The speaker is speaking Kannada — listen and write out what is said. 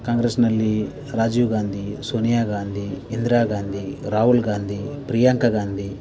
ಕಾಂಗ್ರೆಸ್ನಲ್ಲಿ ರಾಜೀವ್ ಗಾಂಧಿ ಸೋನಿಯಾ ಗಾಂಧಿ ಇಂದಿರಾ ಗಾಂಧಿ ರಾಹುಲ್ ಗಾಂಧಿ ಪ್ರಿಯಾಂಕ ಗಾಂಧಿ